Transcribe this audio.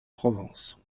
provence